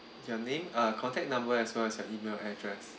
your name uh contact number as well as your email address